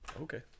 Okay